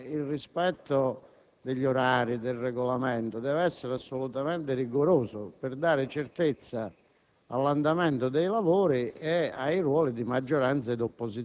è evidente che la questione della distribuzione dei tempi diventa funzionale per evitare che si continui con questo andamento.